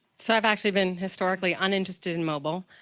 so i've actually been historically uninterested in mobile.